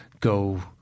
go